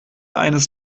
eines